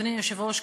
אדוני היושב-ראש,